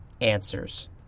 answers